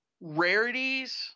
rarities